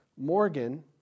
Morgan